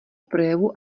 projevu